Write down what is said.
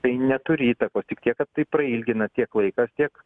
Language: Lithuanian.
tai neturi įtakos tik tiek kad tai prailgina tiek laikas tiek